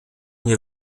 nie